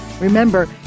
Remember